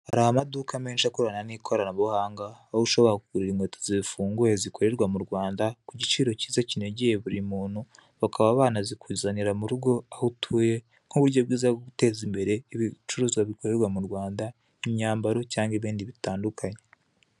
Hari amaduka menshi akorana n'ikoranabuhanga, aho ushobora kugurira inkweto zifunguye zikorerwa mu Rwanda, ku giciro cyiza kinogeye buri umuntu. Bakaba banazikuzanira mu rugo aho utuye, nk'uburyo bwiza bwo guteza imbere ibicuruzwa bikorerwa mu Rwanda, imyambaro cyangwa ibindi bitandukanye.